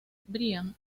brian